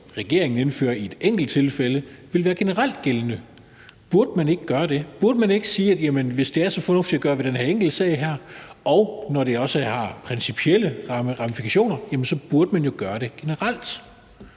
regeringen så indfører i et enkelt tilfælde, vil være gældende generelt. Burde man ikke gøre det? Burde man ikke sige, at hvis det er så fornuftigt at gøre i den her enkelte sag, og når der også er principielle ramifikationer, så burde man gøre det generelt?